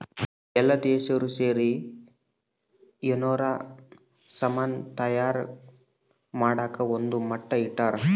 ಎಲ್ಲ ದೇಶ್ದೊರ್ ಸೇರಿ ಯೆನಾರ ಸಾಮನ್ ತಯಾರ್ ಮಾಡಕ ಒಂದ್ ಮಟ್ಟ ಇಟ್ಟರ